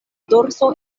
dorso